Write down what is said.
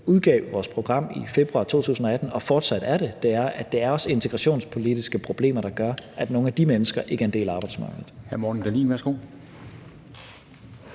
udgav vores program i februar 2018, og fortsat er det, er, at det også er integrationspolitiske problemer, der gør, at nogle af de mennesker ikke er en del af arbejdsmarkedet.